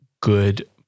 good